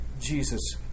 Jesus